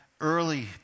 early